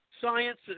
science